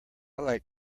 like